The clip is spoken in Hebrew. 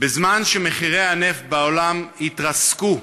בזמן שמחירי הנפט בעולם התרסקו,